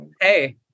Hey